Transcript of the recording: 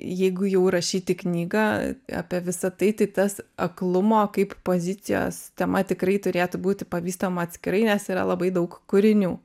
jeigu jau rašyti knygą apie visa tai tai tas aklumo kaip pozicijos tema tikrai turėtų būti pavystoma atskirai nes yra labai daug kūrinių